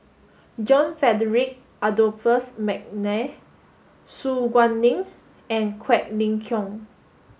John Frederick Adolphus McNair Su Guaning and Quek Ling Kiong